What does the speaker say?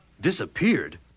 Disappeared